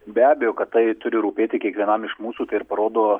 be abejo kad tai turi rūpėti kiekvienam iš mūsų tai ir parodo